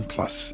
Plus